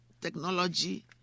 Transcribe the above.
technology